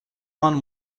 one